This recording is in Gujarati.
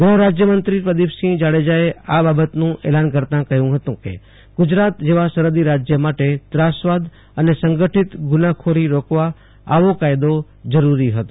ગ્રહરાજ્યમંત્રી પ્રદિપસિંહ જાડેજાએ આ બાબતનું એલાન કરતા કહ્યું છે કે ગ્રુજરાત જેવા સરહદી રાજ્ય માટે ત્રાસવાદ અને સંગઠીત ગુનાખોરી રોકવા આવો કાયદો જરૂરી હતો